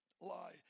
lie